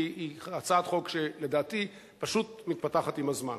כי היא הצעת חוק שלדעתי פשוט מתפתחת עם הזמן.